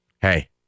Hey